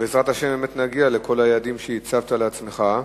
בעזרת השם, באמת נגיע לכל היעדים שהצבת לעצמך.